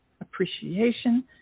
appreciation